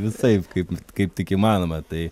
visaip kaip kaip tik įmanoma tai